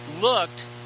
looked